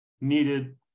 needed